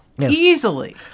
Easily